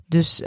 Dus